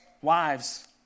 Wives